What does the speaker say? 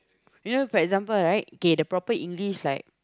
you know for example right kay the proper english like